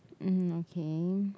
mmhmm okay